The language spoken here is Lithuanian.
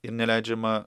ir neleidžiama